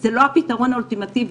זה לא הפתרון האולטימטיבי,